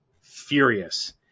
furious